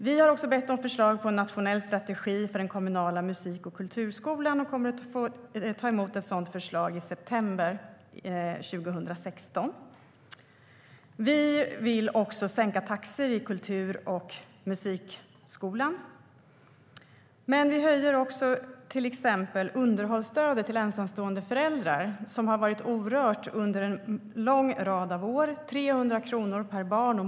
Vi har också bett om förslag på en nationell strategi för den kommunala musik och kulturskolan och kommer att ta emot ett sådant förslag i september 2016. Vi vill också sänka taxor i kultur och musikskolan. Vi höjer också till exempel underhållsstödet till ensamstående föräldrar med 300 kronor per barn och månad. Detta stöd har varit orört under en lång rad av år.